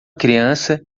criança